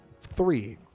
three